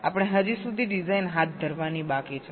આપણે હજી સુધી ડિઝાઇન હાથ ધરવાની બાકી છે